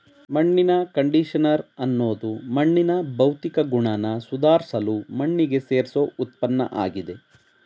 ಮಣ್ಣಿನ ಕಂಡಿಷನರ್ ಅನ್ನೋದು ಮಣ್ಣಿನ ಭೌತಿಕ ಗುಣನ ಸುಧಾರ್ಸಲು ಮಣ್ಣಿಗೆ ಸೇರ್ಸೋ ಉತ್ಪನ್ನಆಗಿದೆ